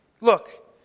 Look